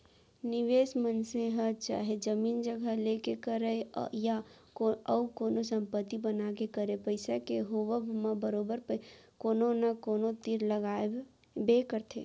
निवेस मनसे ह चाहे जमीन जघा लेके करय या अउ कोनो संपत्ति बना के करय पइसा के होवब म बरोबर पइसा कोनो न कोनो तीर लगाबे करथे